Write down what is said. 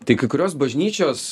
tai kai kurios bažnyčios